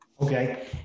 Okay